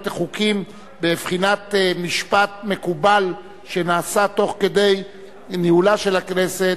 וחוקים בבחינת משפט מקובל שנעשה תוך כדי ניהולה של הכנסת.